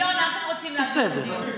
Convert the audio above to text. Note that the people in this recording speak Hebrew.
ינון, לאן אתם רוצים להעביר את הדיון?